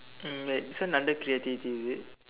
um but this one under creativity is it